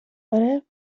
آره